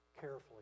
carefully